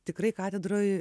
tikrai katedroj